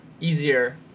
easier